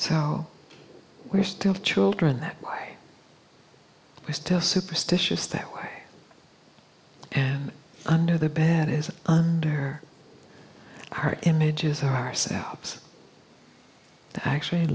so we're still children that lie still superstitious that way and under the bed is under our images ourselves to actually